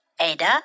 Ada